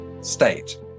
state